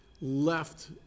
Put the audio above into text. left